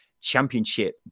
championship